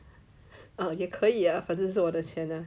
um 也可以啊反正是我的钱